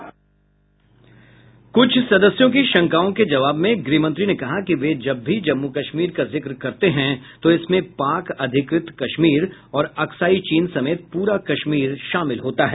कुछ सदस्यों के शंकाओं के जवाब में गृहमंत्री ने कहा कि वे जब भी जम्मू कश्मीर का जिक्र करते हैं तो इसमें पाक अधिकृत कश्मीर और अक्साइ चिन समेत पूरा कश्मीर शामिल होता है